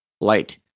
light